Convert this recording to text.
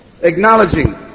Acknowledging